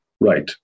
right